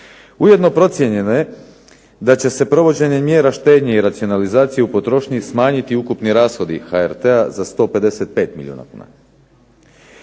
Ujedno procijenjeno je da će se provođenje mjera štednje i racionalizacije u potrošnji smanjiti ukupni rashodi HRT-a za 155 milijuna kuna.